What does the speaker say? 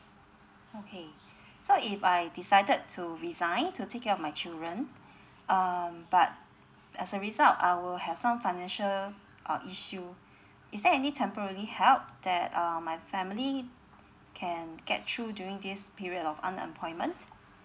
okay so if I decided to resign to take care of my children um but as a result I will have some financial uh issue is there any temporary help that um my family can get through during this period of unemployment